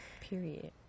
Period